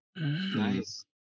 Nice